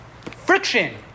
friction